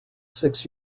six